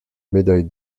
médaille